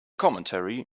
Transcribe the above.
commentary